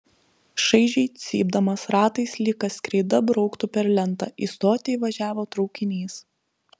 šaižiai cypdamas ratais lyg kas kreida brauktų per lentą į stotį įvažiavo traukinys